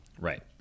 right